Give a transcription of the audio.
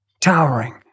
Towering